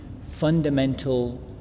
fundamental